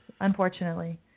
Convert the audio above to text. unfortunately